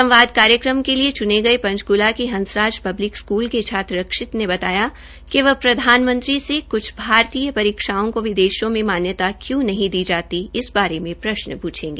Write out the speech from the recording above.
संवाद कार्यक्रम के लिए चूने गये पंचकुला के हंसराज पब्कि स्कूल के छात्र अक्षित ने बताया कि वह प्रधानमंत्री से कुछ भारतीय परीक्षाओं को विदेशों में मान्यता क्यों नहीं जातीइस बारे में प्रश्न प्रछेगा